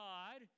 God